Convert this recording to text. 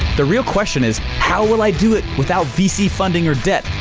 the real question is, how will i do it without vc funding or debt?